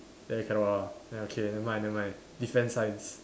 then cannot ah then okay never mind never mind defence science